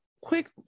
quick